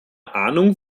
ahnung